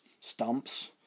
stumps